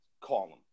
column